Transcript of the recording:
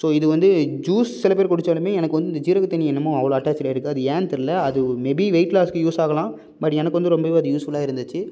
so இது வந்து juice சில பேர் குடித்தாலுமே எனக்கு வந்து இந்த ஜீரகத்தண்ணி என்னமோ அவ்வளோ அட்டாச்சிடு ஆயிருக்குது அது ஏன்னு தெர்லை அது மேபி வெயிட்லாஸ்க்கு யூஸ் ஆகலாம் பட் எனக்கு வந்து ரொம்பவே அது யூஸ்ஃபுலாக இருந்துச்சு